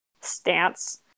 stance